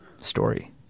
story